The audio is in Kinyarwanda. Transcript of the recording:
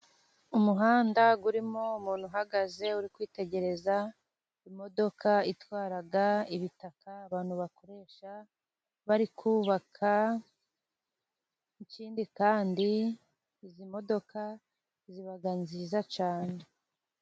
Umuhanda urimo umuntu uhagaze, uri kwitegereza imodoka itwara ibitaka abantu bakoresha bari kubaka, ikindi kandi izi modoka ziba nziza cyane.